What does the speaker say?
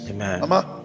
Amen